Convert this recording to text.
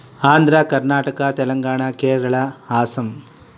Andhra Karnataka Telangana Kerala Hassan